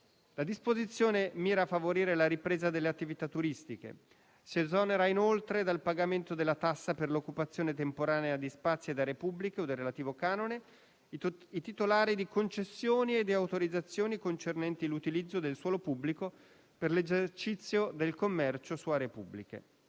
La disposizione mira a favorire la ripresa delle attività turistiche. Vengono esonerati inoltre dal pagamento della tassa per l'occupazione temporanea di spazi e aree pubbliche o del relativo canone i titolari di concessioni e autorizzazioni concernenti l'utilizzo del suolo pubblico per l'esercizio del commercio su aree pubbliche.